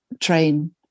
train